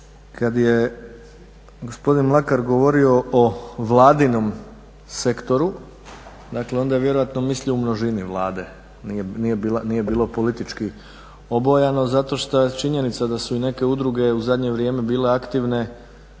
kad je gospodin Mlakar govorio o vladinom sektoru, dakle onda je vjerojatno mislio u množini Vlade. Nije bilo politički obojano zato što je činjenica da su i neke udruge u zadnje vrijeme bile aktivne